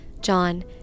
john